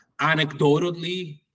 anecdotally